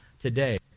today